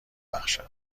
بخشد